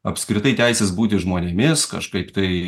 apskritai teisės būti žmonėmis kažkaip tai